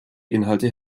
inhalte